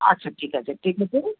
আচ্ছা ঠিক আছে